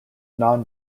non